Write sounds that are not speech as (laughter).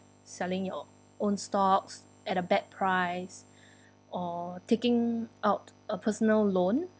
selling your own stocks at a bad price (breath) or taking out a personal loan